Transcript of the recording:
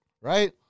Right